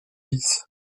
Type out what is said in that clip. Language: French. vices